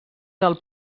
del